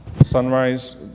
sunrise